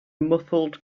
muffled